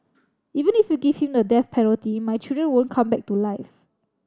even if you give him the death penalty my children won't come back to life